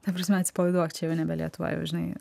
ta prasme atsipalaiduok čia jau nebe lietuva jau žinai